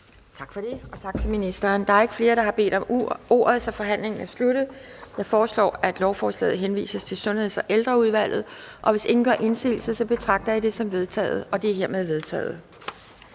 Tak for det. Og tak til ministeren. Der er ikke flere, der har bedt om ordet, så forhandlingen er sluttet. Jeg foreslår, at lovforslaget henvises til Sundheds- og Ældreudvalget. Hvis ingen gør indsigelse, betragter jeg det som vedtaget. Det er hermed vedtaget.